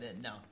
no